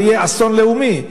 זה יהיה אסון לאומי.